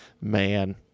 man